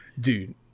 dude